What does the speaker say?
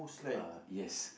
uh yes